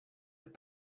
have